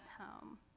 home